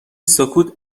سکوت